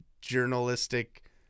journalistic